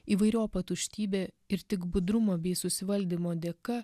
įvairiopa tuštybė ir tik budrumo bei susivaldymo dėka